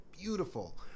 beautiful